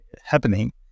happening